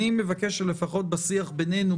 אני מבקש שלפחות בשיח בינינו,